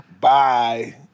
Bye